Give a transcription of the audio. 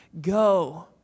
go